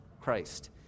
Christ